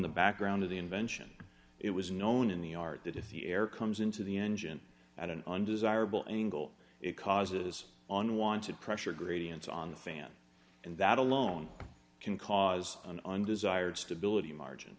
the background of the invention it was known in the art that if the air comes into the engine at an undesirable angle it causes on wanted pressure gradients on the fan and that alone can cause an undesired stability margin